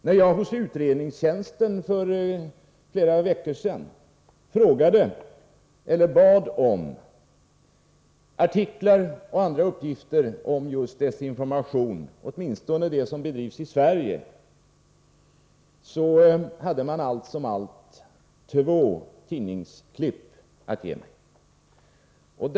När jag hos utredningstjänsten för flera veckor sedan bad om artiklar och andra uppgifter om just desinformation, åtminstone den som bedrivs i Sverige, hade man allt som allt två tidningsklipp att ge mig.